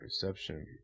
perception